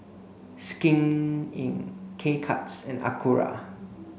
Skin Inc K Cuts and Acura